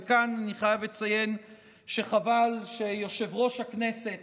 וכאן אני חייב לציין שחבל שיושב-ראש הכנסת